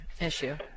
Issue